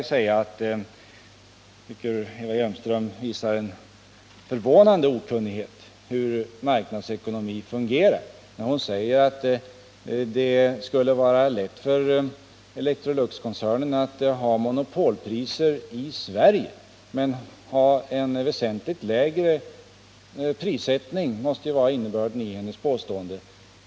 Jag tycker att Eva Hjelmström visar en förvånande okunnighet om hur marknadsekonomin fungerar när hon säger att det skulle vara lätt för Electroluxkoncernen att införa monopolpriser i Sverige och samtidigt ha en väsentligt lägre prissättning på exportmarknaden — det måste ju vara innebörden av hennes påstående.